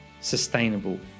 sustainable